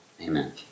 Amen